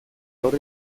gaur